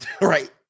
Right